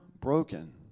broken